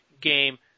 game